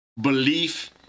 belief